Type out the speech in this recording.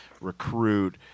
recruit